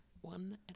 one